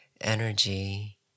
energy